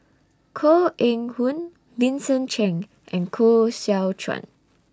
Koh Eng Hoon Vincent Cheng and Koh Seow Chuan